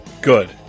Good